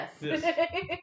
Yes